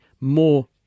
more